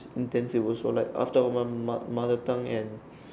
intense week also like after one month Ma~ mother tongue and